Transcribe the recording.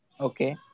okay